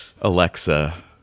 Alexa